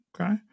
okay